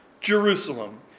Jerusalem